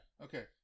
okay